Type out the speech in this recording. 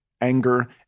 anger